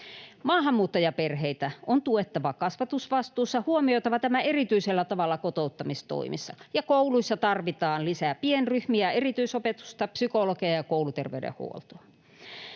Maahanmuuttajaperheitä on tuettava kasvatusvastuussa ja huomioitava tämä erityisellä tavalla kotouttamistoimissa. Kouluissa tarvitaan lisää pienryhmiä, erityisopetusta, psykologeja ja kouluterveydenhoitoa.